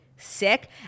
sick